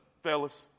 fellas